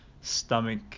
stomach